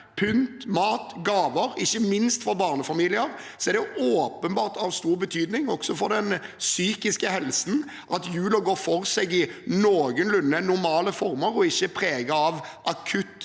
pynt, mat, gaver. Ikke minst for barnefamilier er det åpenbart av stor betydning, også for den psykiske helsen, at julen går for seg i noenlunde normale former og ikke er preget av akutt